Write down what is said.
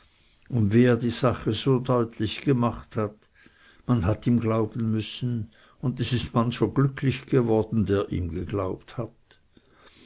und wie er die sache so deutlich gemacht hat man hat ihm müssen glauben und es ist mancher glücklich geworden der ihm geglaubt hat